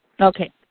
Okay